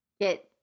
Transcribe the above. get